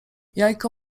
jajko